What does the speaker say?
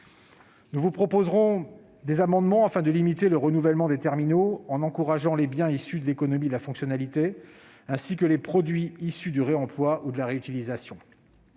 Nous vous proposerons des amendements afin de limiter le renouvellement des terminaux en encourageant les biens issus de l'économie de fonctionnalité, ainsi que les produits issus du réemploi ou de la réutilisation.